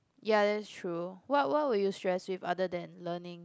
ya that's true what what were you stressed with other than learning